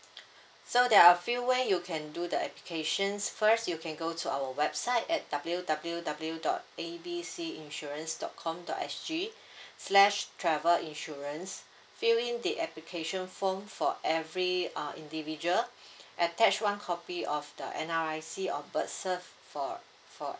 so there are a few way you can do the applications first you can go to our website at W_W_W dot A B C insurance dot com dot S_G slash travel insurance fill in the application form for every uh individual attach one copy of the N_R_I_C or birth cert for for